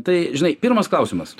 tai žinai pirmas klausimas